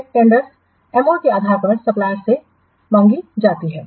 फिर tenders MoA के आधार पर सप्लायर्स से मांगी जाती हैं